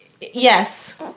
Yes